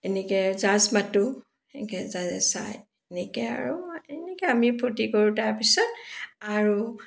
এনেকৈ জাজ মাতোঁ এনেকৈ জাজে চায় এনেকৈ আৰু এনেকৈ আমি ফূৰ্ত্তি কৰোঁ তাৰপিছত আৰু